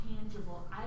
tangible